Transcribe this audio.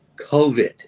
COVID